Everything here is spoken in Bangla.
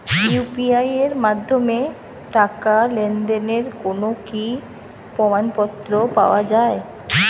ইউ.পি.আই এর মাধ্যমে টাকা লেনদেনের কোন কি প্রমাণপত্র পাওয়া য়ায়?